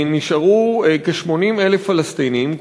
נשארו כ-80,000 פלסטינים,